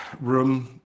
room